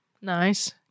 Nice